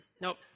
nope